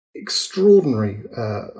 extraordinary